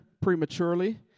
prematurely